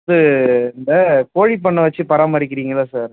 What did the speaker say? இது இந்த கோழிப் பண்ணை வைச்சு பராமரிக்கறீங்கில்லை சார்